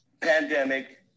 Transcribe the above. pandemic